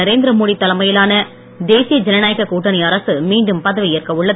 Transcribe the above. நரேந்திரமோடி தலைமையிலான தேசிய ஜனநயாக கூட்டணி அரசு மீண்டும் பதவியேற்க உள்ளது